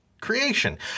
creation